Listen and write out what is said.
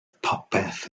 popeth